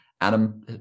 Adam